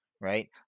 right